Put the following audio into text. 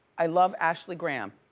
i love ashley graham.